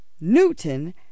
Newton